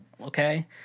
Okay